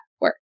work